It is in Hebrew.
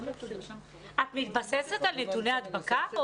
את מתבססת על נתוני הדבקה?